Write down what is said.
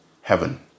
heaven